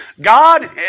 God